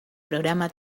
programa